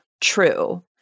true